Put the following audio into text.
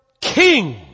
king